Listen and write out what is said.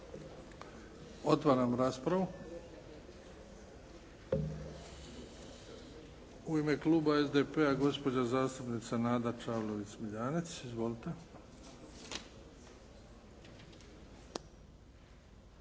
Otvaram raspravu. U ime kluba SDP-a, gospođa zastupnica Nada Čavlović Smiljanec. Izvolite.